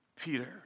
Peter